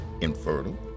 infertile